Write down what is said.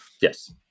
Yes